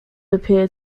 appear